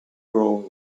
grow